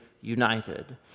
united